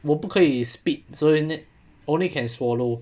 我不可以 spit so it only can swallow